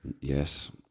yes